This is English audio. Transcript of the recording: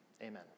Amen